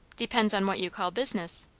depends on what you call business.